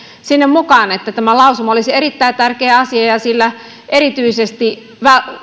sinne mukaan että tämä lausuma olisi erittäin tärkeä asia ja sillä erityisesti